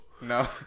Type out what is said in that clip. No